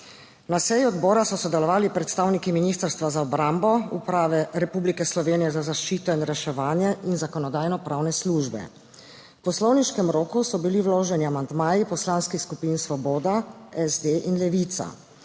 Na seji odbora so sodelovali predstavniki Ministrstva za obrambo, Uprave Republike Slovenije za zaščito in reševanje in Zakonodajno-pravne službe. V poslovniškem roku so bili vloženi amandmaji poslanskih skupin Svoboda, SD in Levica.